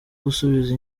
gusubiza